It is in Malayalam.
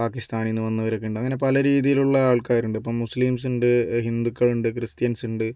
പാകിസ്ഥാനിൽ നിന്ന് വന്നവരൊക്കെയുണ്ട് അങ്ങനെ പല രീതിയിലുള്ള ആൾക്കാരുണ്ട് ഇപ്പോൾ മുസ്ലീംസുണ്ട് ഹിന്ദുക്കളുണ്ട് ക്രിസ്ത്യൻസുണ്ട്